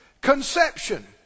conception